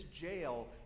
jail